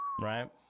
Right